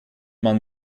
man